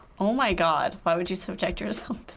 oh my god, why would you subject yourself